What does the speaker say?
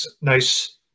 nice